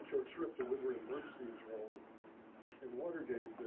shrift to woodward and bernstein's role in watergate